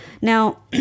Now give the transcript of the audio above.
Now